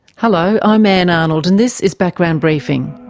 hello, i'm ann arnold and this is background briefing.